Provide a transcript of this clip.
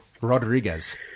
Rodriguez